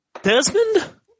Desmond